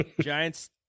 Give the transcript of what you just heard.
Giants